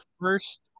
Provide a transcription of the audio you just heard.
first